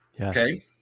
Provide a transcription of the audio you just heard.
Okay